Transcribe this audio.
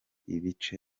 ibice